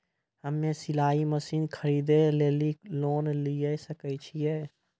हम्मे सिलाई मसीन खरीदे लेली लोन लिये सकय छियै?